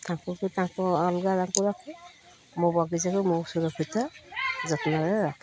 ତାଙ୍କୁ ବି ତାଙ୍କ ଅଲଗା ଆକୁଲ ମୋ ବଗିଚାକୁ ମୋ ସୁରକ୍ଷିତା ଯତ୍ନରେ ରଖେ